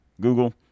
google